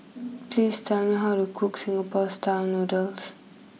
please tell me how to cook Singapore style Noodles